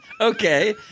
okay